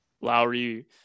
Lowry